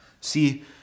See